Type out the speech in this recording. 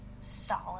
solid